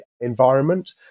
environment